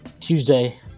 Tuesday